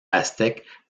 aztèque